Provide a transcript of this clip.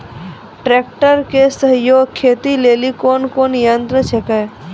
Tractor के सहयोगी खेती लेली कोन कोन यंत्र छेकै?